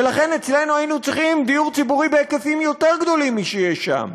ולכן אצלנו היינו צריכים דיור ציבורי בהיקפים יותר גדולים משיש שם,